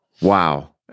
Wow